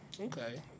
Okay